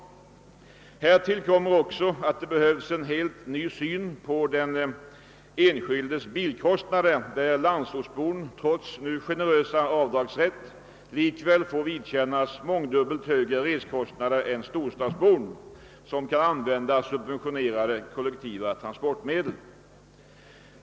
Härtill kommer att det behövs en helt ny syn på den enskildes bilkostnader. Landsortsbon får trots en nu generösare avdragsrätt likväl vidkännas mångdubbelt högre resekostnader än storstadsbon, som kan använda subventionerade kollektiva transportmedel.